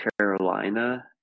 Carolina